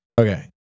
Okay